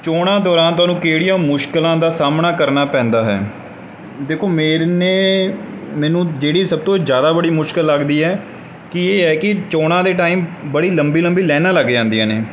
ਚੋਣਾਂ ਦੌਰਾਨ ਤੁਹਾਨੂੰ ਕਿਹੜੀਆਂ ਮੁਸ਼ਕਲਾਂ ਦਾ ਸਾਹਮਣਾ ਕਰਨਾ ਪੈਂਦਾ ਹੈ ਦੇਖੋ ਮੇਰ ਨੇ ਮੈਨੂੰ ਜਿਹੜੀ ਸਭ ਤੋਂ ਜ਼ਿਆਦਾ ਬੜੀ ਮੁਸ਼ਕਲ ਲੱਗਦੀ ਹੈ ਕਿ ਹੈ ਕਿ ਚੋਣਾਂ ਦੇ ਟਾਈਮ ਬੜੀ ਲੰਬੀ ਲੰਬੀ ਲਾਈਨਾਂ ਲੱਗ ਜਾਂਦੀਆਂ ਨੇ